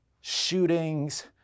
shootings